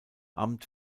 amt